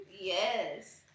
Yes